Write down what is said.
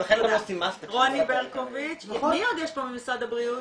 לכן גם עושים --- מי עוד יש פה ממשרד הבריאות?